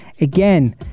Again